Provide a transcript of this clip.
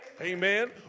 Amen